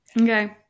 Okay